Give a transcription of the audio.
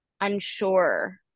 unsure